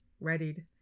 readied